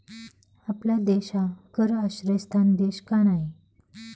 आपला देश हा कर आश्रयस्थान देश का नाही?